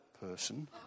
person